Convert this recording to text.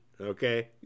okay